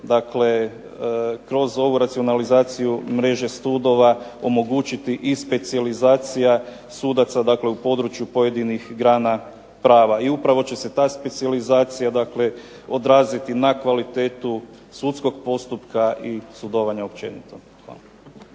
kroz ovu racionalizaciju mreže sudova omogućiti i specijalizacija sudaca u području pojedinih grana prava i upravo će se ta specijalizacija odraziti na kvalitetu sudskog postupka i sudovanja općenito.